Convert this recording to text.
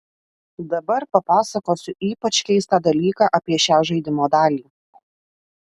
dabar papasakosiu ypač keistą dalyką apie šią žaidimo dalį